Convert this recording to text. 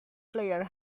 player